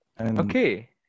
Okay